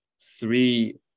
three